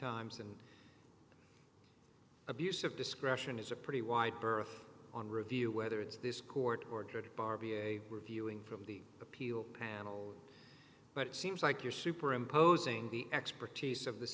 times and abuse of discretion is a pretty wide berth on review whether it's this court ordered bar be a reviewing from the appeals panel but it seems like you're superimposing the expertise of the